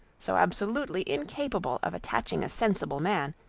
so absolutely incapable of attaching a sensible man,